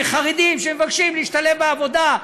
חרדים שמבקשים להשתלב בעבודה,